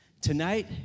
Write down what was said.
Tonight